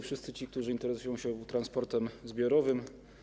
Wszyscy ci, którzy interesują się transportem zbiorowym!